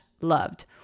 loved